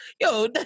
yo